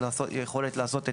יכולת לעשות את